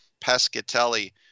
Pescatelli